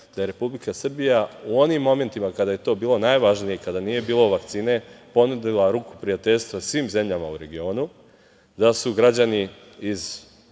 da je Republika Srbija u onim momentima kada je to bilo najvažnije, kada nije bilo vakcine, ponudila ruku prijateljstva svim zemljama u regionu, da su građani iz